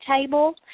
table